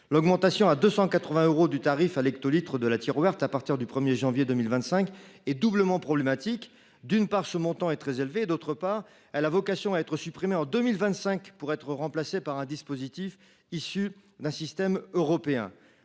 l’augmentation à 280 euros du tarif à l’hectolitre de la Tiruert à partir du 1 janvier 2025 serait doublement problématique : d’une part, ce montant est très élevé ; d’autre part, la Tiruert a vocation à être supprimée en 2025, pour être remplacée par un autre dispositif défini par un règlement européen.